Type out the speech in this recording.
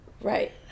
Right